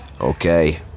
Okay